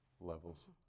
levels